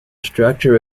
structure